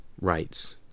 rights